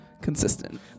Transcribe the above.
consistent